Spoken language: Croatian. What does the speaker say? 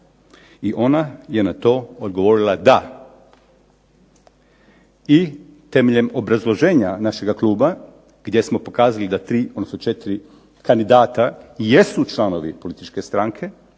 I ona je na to odgovorila: da. I temeljem obrazloženja našega kluba, gdje smo pokazali da tri, odnosno četiri kandidata i jesu članovi političke stranke,